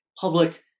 public